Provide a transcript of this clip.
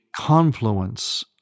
confluence